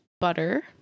butter